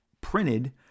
printed